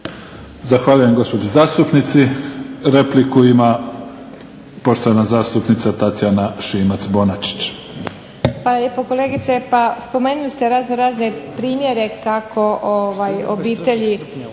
Zahvaljujem gospođi zastupnici. Repliku ima poštovana zastupnica Tatja Šimac Bonačić.